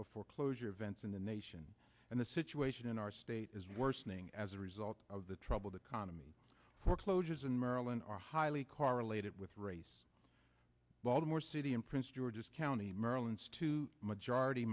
of foreclosure events in the nation and the situation in our state is worsening as a result of the troubled economy foreclosures in maryland are highly correlated with race baltimore city and prince george's county maryland majority